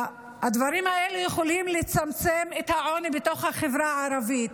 הדברים האלה יכולים לצמצם את העוני בחברה הערבית,